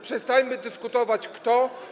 Przestańmy dyskutować kto.